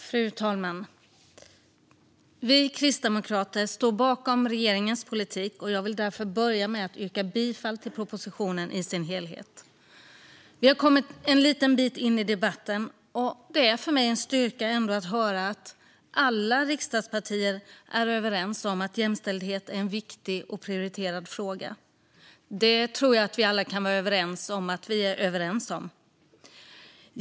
Fru talman! Vi kristdemokrater står bakom regeringens politik. Jag vill därför börja med att yrka bifall till propositionen i dess helhet. Vi har nu kommit en liten bit in i debatten, och det är för mig en styrka att höra att alla riksdagspartier är överens om att jämställdhet är en viktig och prioriterad fråga. Det tror jag att vi alla kan vara överens om att vi är överens om.